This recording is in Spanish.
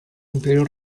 imperio